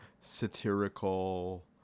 satirical